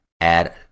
add